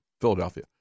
Philadelphia